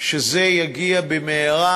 שזה יגיע במהרה,